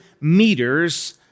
meters